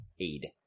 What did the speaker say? aid